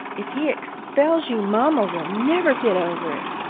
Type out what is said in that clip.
if he expels you, mamma will never get over it.